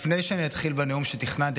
לפני שאני אתחיל בנאום שתכננתי,